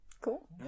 Cool